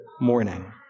morning